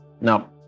Now